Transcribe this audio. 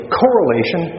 correlation